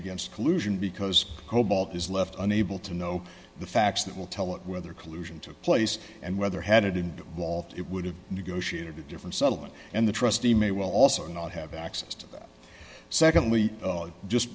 against collusion because cobalt is left unable to know the facts that will tell it whether collusion took place and whether headed it would have negotiated a different settlement and the trustee may well also not have access to secondly just